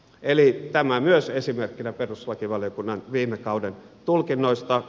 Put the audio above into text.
eli tämä myös esimerkkinä perustuslakivaliokunnan viime kauden tulkinnoista